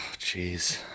Jeez